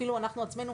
אפילו אנחנו בעצמנו,